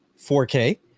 4k